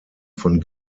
von